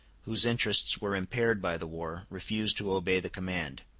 whose interests were impaired by the war, refused to obey the command.